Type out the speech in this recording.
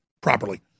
properly